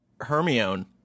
Hermione